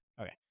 Okay